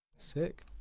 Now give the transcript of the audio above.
sick